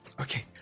Okay